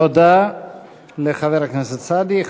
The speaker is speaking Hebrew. תודה לחבר הכנסת סעדי.